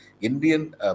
Indian